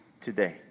today